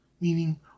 meaning